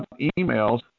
emails